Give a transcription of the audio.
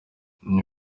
iyo